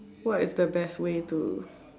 what is the best way to